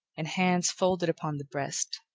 and hands folded upon the breast.